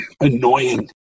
annoying